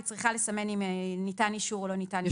היא צריכה לסמן אם ניתן אישור או לא ניתן אישור.